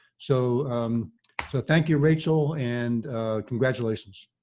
so thank you, rachel, and congratulations.